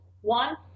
One